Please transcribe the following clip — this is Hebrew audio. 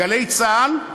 "גלי צה"ל",